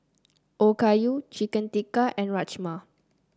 Okayu Chicken Tikka and Rajma